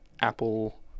Apple